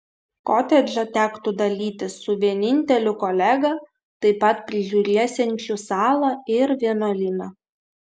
kotedžą tektų dalytis su vieninteliu kolega taip pat prižiūrėsiančiu salą ir vienuolyną